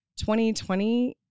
2020